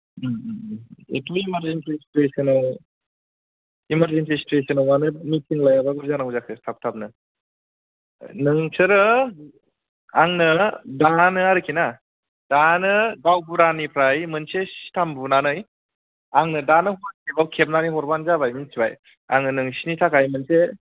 actually emergency सिथुयेसनाव emergency सिथुयेसनाव मानो मिथिं लायाबा बोरै जानांगौ जाखो थाब थाब नो नोंसोरो आंनो दानो आरोखि ना दानो गावबुरानिफ्राय मोनसे स्टाम्प बुनानै आंनो दानो हाटसेप्प आव खेबनानै हरबानो जाबाय मोनथिबाय आङो नोंसिनि थाखाय मोनसे